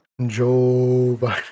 Joe